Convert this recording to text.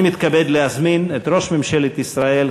אני מתכבד להזמין את ראש ממשלת ישראל,